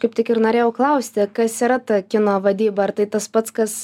kaip tik ir norėjau klausti kas yra ta kino vadyba ar tai tas pats kas